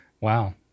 wow